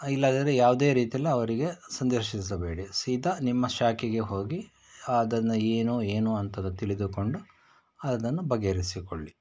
ಇಲ್ಲದಿದ್ದರೆ ಯಾವುದೇ ರೀತೀಲ್ಲಿ ಅವರಿಗೆ ಸಂದೇಶಿಸಬೇಡಿ ಸೀದಾ ನಿಮ್ಮ ಶಾಖೆಗೆ ಹೋಗಿ ಅದನ್ನು ಏನು ಏನು ಅಂತ ತಿಳಿದುಕೊಂಡು ಅದನ್ನು ಬಗೆಹರಿಸಿಕೊಳ್ಳಿ